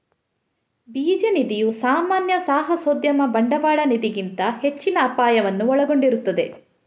ಬೀಜ ನಿಧಿಯು ಸಾಮಾನ್ಯ ಸಾಹಸೋದ್ಯಮ ಬಂಡವಾಳ ನಿಧಿಗಿಂತ ಹೆಚ್ಚಿನ ಅಪಾಯವನ್ನು ಒಳಗೊಂಡಿರುತ್ತದೆ